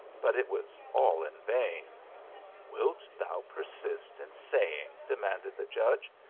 but it was all in vain wilt thou persist in saying, demanded the judge,